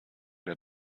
der